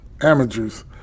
amateurs